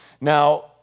Now